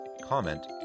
comment